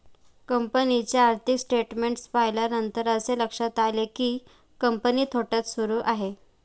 कंपनीचे आर्थिक स्टेटमेंट्स पाहिल्यानंतर असे लक्षात आले की, कंपनी तोट्यात सुरू आहे